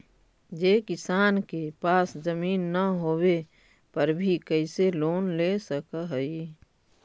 जे किसान के पास जमीन न होवे पर भी कैसे लोन ले सक हइ?